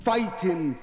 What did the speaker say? Fighting